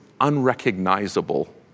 unrecognizable